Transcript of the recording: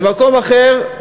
במקום אחר,